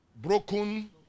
broken